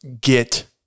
get